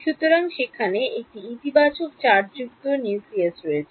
সুতরাং সেখানে একটি ইতিবাচক চার্জযুক্ত নিউক্লিয়াস রয়েছে